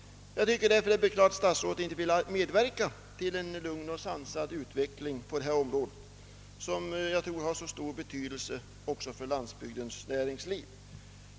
Det är beklagligt att statsrådet inte vill medverka till en lugn och sansad utveckling på detta område, som har stor betydelse även för landsbygdens näringsliv.